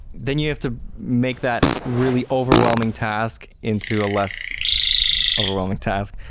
then you have to make that really overwhelming task into a less overwhelming task.